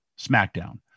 SmackDown